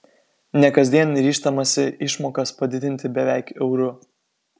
ne kasdien ryžtamasi išmokas padidinti beveik euru